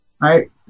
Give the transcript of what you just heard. right